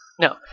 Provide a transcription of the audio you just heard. No